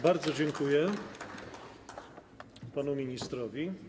Bardzo dziękuję panu ministrowi.